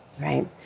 Right